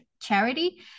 charity